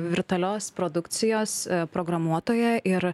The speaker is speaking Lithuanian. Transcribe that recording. virtualios produkcijos programuotoja ir